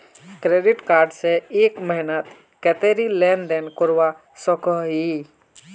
Credit card से एक महीनात कतेरी लेन देन करवा सकोहो ही?